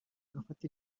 gafata